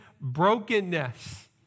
brokenness